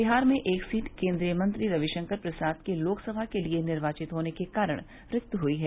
विहार में एक सीट केंद्रीय मंत्री रवि शंकर प्रसाद के लोकसभा के लिए निर्वाचित होने के कारण रिक्त हुई हैं